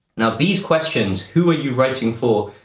now these questions who are you writing for,